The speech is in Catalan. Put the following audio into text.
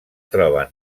troben